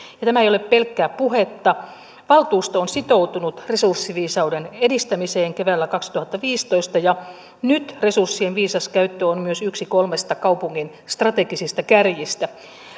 ja tämä ei ole pelkkää puhetta valtuusto on sitoutunut resurssiviisauden edistämiseen keväällä kaksituhattaviisitoista ja nyt resurssien viisas käyttö on myös yksi kaupungin kolmesta strategisesta kärjestä